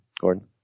Gordon